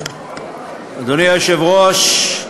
אדוני היושב-ראש,